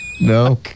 No